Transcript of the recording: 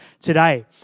today